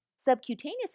Subcutaneous